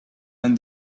and